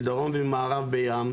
מדרום וממערב בים.